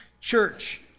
church